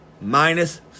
minus